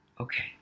Okay